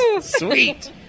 Sweet